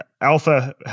Alpha